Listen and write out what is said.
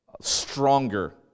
stronger